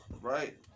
Right